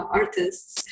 artists